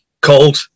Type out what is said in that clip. cold